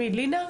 מי, לינא?